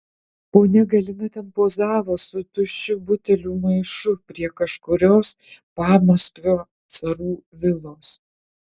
ponia galina ten pozavo su tuščių butelių maišu prie kažkurios pamaskvio carų vilos